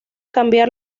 cambiar